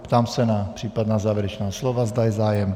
Ptám se na případná závěrečná slova, zda je zájem.